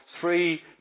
three